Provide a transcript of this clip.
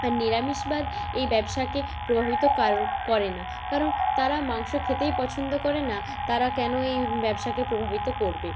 আর নিরামিষবাদ এই ব্যবসাকে প্রভাবিত কারোর করে না কারণ তারা মাংস খেতেই পছন্দ করে না তারা কেন এই ব্যবসাকে প্রভাবিত করবে